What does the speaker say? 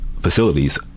facilities